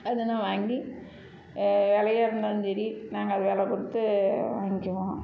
அதை நான் வாங்கி விலையா இருந்தாலும் சரி நாங்கள் அதை வில கொடுத்து வாங்கிக்கிவோம்